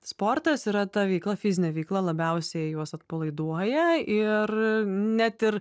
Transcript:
sportas yra ta veikla fizinė veikla labiausiai juos atpalaiduoja ir net ir